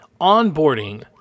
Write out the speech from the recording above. onboarding